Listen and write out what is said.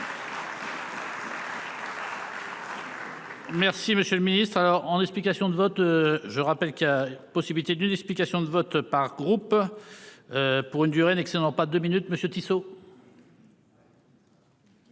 Merci monsieur le ministre alors en explications de vote. Je rappelle qu'il y a possibilité d'une explication de vote par groupe. Pour une durée n'excédant pas 2 minutes Monsieur Tissot.